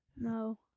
No